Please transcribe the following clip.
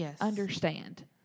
understand